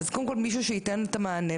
אז קודם כל מישהו שייתן את המענה.